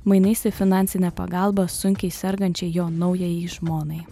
mainais į finansinę pagalbą sunkiai sergančiai jo naujajai žmonai